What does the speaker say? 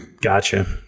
Gotcha